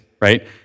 right